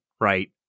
right